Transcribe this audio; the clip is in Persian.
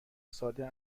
ساده